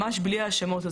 ממש בלי האשמות.